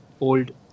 old